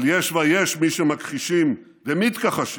אבל יש ויש מי שמכחישים ומתכחשים